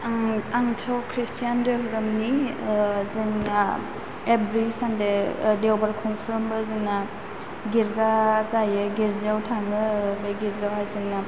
आं आंथ' खृसटान धोरोमनि जोंना एब्रि सानदे देवबार खुनफ्रोमबो जोंना गिर्जा जायो गिर्जायाव थाङो बे गिर्जायाव हाय जोंना